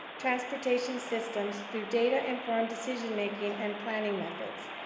transportation systems through data-informed decision-making and planning methods.